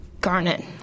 Garnet